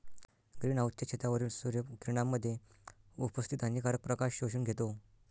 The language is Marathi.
ग्रीन हाउसच्या छतावरील सूर्य किरणांमध्ये उपस्थित हानिकारक प्रकाश शोषून घेतो